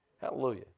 Hallelujah